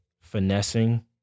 Finessing